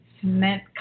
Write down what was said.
cement